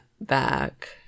back